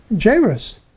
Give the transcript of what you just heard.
Jairus